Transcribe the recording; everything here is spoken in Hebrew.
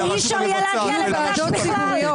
אז שאי-אפשר יהיה להגיע לבג"ץ בכלל.